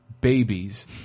babies